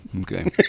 Okay